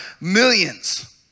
millions